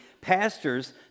pastors